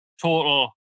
total